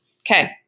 okay